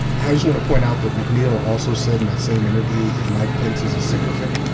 i just want to point out that mcneil also said in that same interview that mike pence is a sycophant,